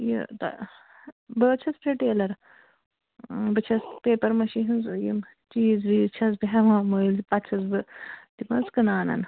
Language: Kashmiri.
یہِ بہٕ حظ چھَس رِٹیٚلَر بہٕ چھَس پیٚپَر مٲشی ہِنٛز یِم چیٖز ویٖز چھَس بہٕ ہٮ۪وان مٲلۍ پَتہٕ چھَس بہٕ تِم حظ کٕنانَن